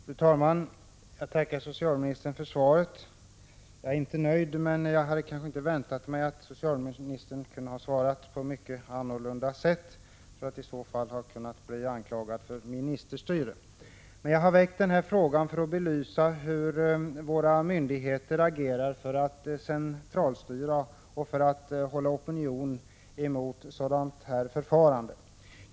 Fru talman! Jag tackar socialministern för svaret. Jag är inte nöjd, men jag hade kanske inte väntat mig att socialministern skulle svara så mycket annorlunda, eftersom hon i så fall kunde bli anklagad för ministerstyre. Jag har väckt den här frågan för att belysa hur våra myndigheter agerar för att centralstyra och hålla tillbaka opinion emot ett sådant förfarande som det aktuella.